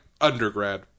undergrad